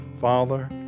Father